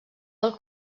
del